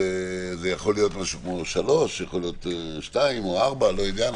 ב-14:00 או ב-15:00 או ב-16:00.